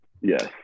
Yes